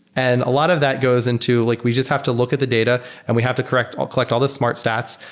and a lot of that goes into like we just have to look at the data and we have to collect all collect all the smart stats.